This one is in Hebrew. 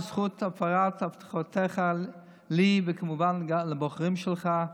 בזכות הפרת הבטחותיך לי וכמובן לבוחרים שלך,